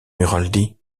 mulrady